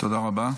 תודה רבה.